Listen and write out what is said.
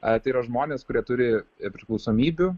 tai yra žmonės kurie turi priklausomybių